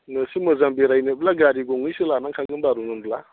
नोंसोर मोजां बेरायनोब्ला गारि गंनैसो लानांखागोन बार'जनब्ला